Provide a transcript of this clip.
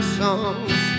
songs